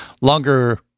longer